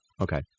Okay